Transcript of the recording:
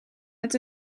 met